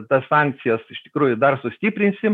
tas sankcijas iš tikrųjų dar sustiprinsim